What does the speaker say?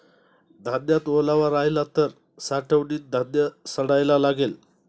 धान्यात ओलावा राहिला तर साठवणीत धान्य सडायला लागेल